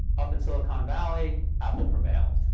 up in silicon valley, apple prevailed.